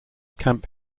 camp